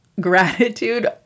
Gratitude